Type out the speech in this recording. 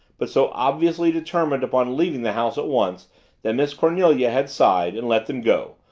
but so obviously determined upon leaving the house at once that miss cornelia had sighed and let them go,